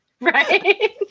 Right